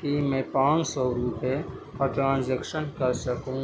کہ میں پانچ سو روپئے کا ٹرانزیکشن کر سکوں